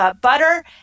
butter